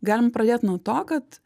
galim pradėt nuo to kad